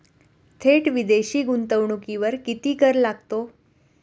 थेट विदेशी गुंतवणुकीवर किती कर लागतो?